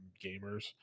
gamers